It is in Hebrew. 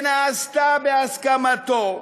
שנעשתה בהסכמתו,